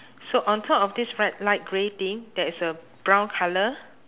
so on top of this bright light grey thing there is a brown colour